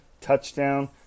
touchdown